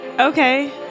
Okay